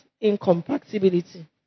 incompatibility